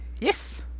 Yes